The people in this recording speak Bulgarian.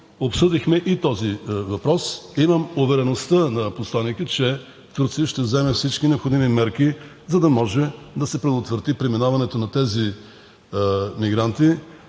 обсъдихме и този въпрос. Имам увереността на посланика, че Турция ще вземе всички необходими мерки, за да може да се предотврати преминаването на тези мигранти